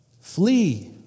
Flee